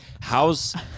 How's